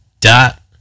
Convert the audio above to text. dot